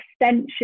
extension